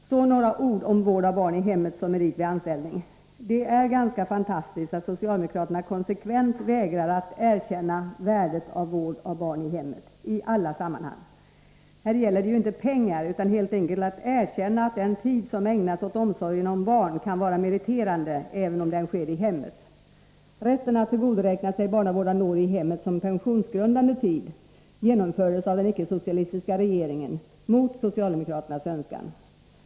Så några ord om vård av barn i hemmet som merit vid anställning. Det är ganska fantastiskt att socialdemokraterna konsekvent vägrar att erkänna värdet av vård av barn i hemmet —i alla sammanhang. Här gäller det inte pengar, utan helt enkelt att erkänna att den tid som ägnas åt omsorgen om barn kan vara meriterande, även om omsorgen sker i hemmet. Rätten att tillgodoräkna sig barnavårdande år i hemmet som pensionsgrundande tid genomfördes av den icke-socialistiska regeringen mot socialdemokraternas önskan.